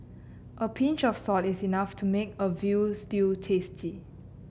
a pinch of salt is enough to make a veal stew tasty